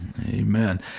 Amen